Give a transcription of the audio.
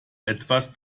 etwas